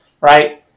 right